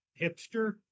hipster